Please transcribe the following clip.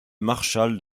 marshall